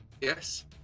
Yes